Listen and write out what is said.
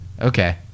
Okay